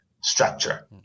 structure